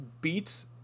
beats